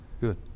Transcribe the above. Good